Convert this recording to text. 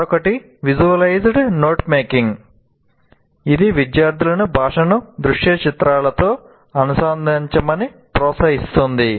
మరొకటి visualized note making ఇది విద్యార్థులను భాషను దృశ్య చిత్రాలతో అనుబంధించమని ప్రోత్సహిస్తుంది